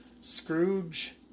Scrooge